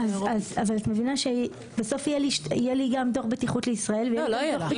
בסוף יהיה לי גם דוח בטיחות לישראל- -- לא יהיה לך.